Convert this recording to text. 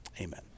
Amen